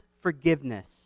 forgiveness